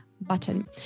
button